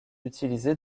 utilisés